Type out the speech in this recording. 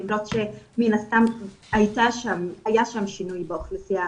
למרות שמן הסתם היה שם שינוי באוכלוסייה